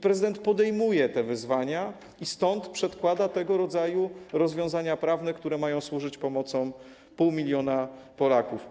Prezydent podejmuje te wyzwania i stąd przedkłada tego rodzaju rozwiązania prawne, które mają służyć pomocą 0,5 mln Polaków.